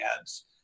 ads